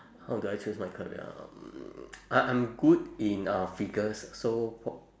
how do I choose my career ah mm I I'm good in uh figures so